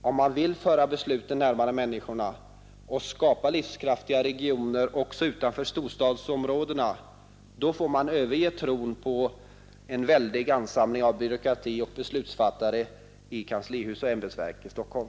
Om man vill föra besluten närmare människorna och skapa livskraftiga regioner också utanför storstadsområdena får man överge tron på en väldig ansamling av byråkrati och beslutsfattare i kanslihus och ämbetsverk i Stockholm.